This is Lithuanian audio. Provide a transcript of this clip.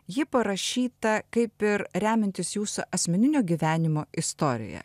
ji parašyta kaip ir remiantis jūsų asmeninio gyvenimo istorija